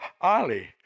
Ali